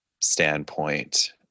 standpoint